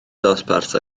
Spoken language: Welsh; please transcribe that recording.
dosbarth